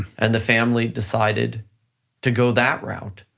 and the family decided to go that route.